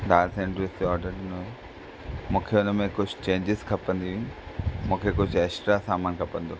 दाल sandwich जो ऑर्डरु ॾिनो मूंखे हुन में कुझु चैंजीस खपंदी हुई मूंखे कुझु एक्स्ट्रा सामान खपंदो